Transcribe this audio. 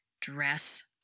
Dress